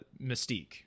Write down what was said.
mystique